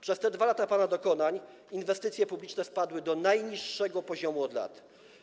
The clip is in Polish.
Przez 2 lata pana dokonań inwestycje publiczne spadły do najniższego poziomu od lat.